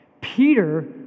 Peter